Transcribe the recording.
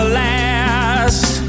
last